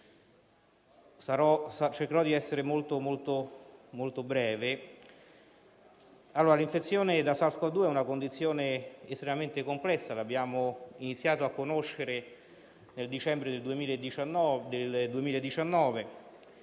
Cercherò di essere molto breve. L'infezione da SARS-Cov-2 è una condizione estremamente complessa. Abbiamo iniziato a conoscerla nel dicembre 2019